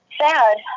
sad